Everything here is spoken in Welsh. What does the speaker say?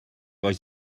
oes